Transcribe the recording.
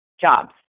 jobs